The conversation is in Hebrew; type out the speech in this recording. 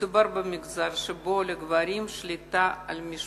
מדובר במגזר שבו לגברים שליטה על המשפחה.